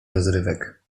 rozrywek